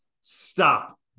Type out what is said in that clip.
stop